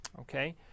okay